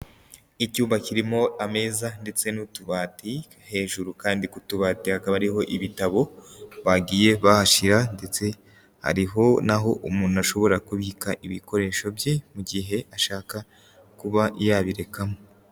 Icyumba kirimo ameza ndetse n'utubati, hejuru kandi ku tubati hakaba hariho ibitabo bagiye bahashyira ndetse hariho n'aho umuntu ashobora kubika ibikoresho bye mu gihe ashaka kuba yabirekamo.